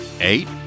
Eight